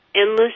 endless